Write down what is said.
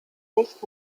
nicht